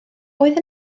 oedd